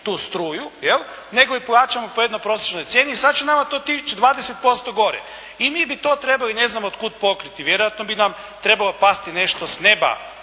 tu struju nego je plaćamo po jednoj prosječnoj cijeni i sada će nama to otići 20% gore. I mi bi to trebali ne znam od kuda pokriti. Vjerojatno bi nam trebalo pasti nešto s neba